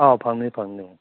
ꯑꯧ ꯐꯪꯅꯤ ꯐꯪꯅꯤ